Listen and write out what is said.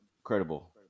incredible